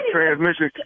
transmission